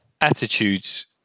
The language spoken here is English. attitudes